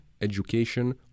education